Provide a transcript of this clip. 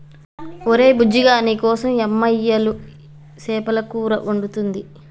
ఒరే బుజ్జిగా నీకోసం యమ్మ ఇయ్యలు సేపల కూర వండుతుంది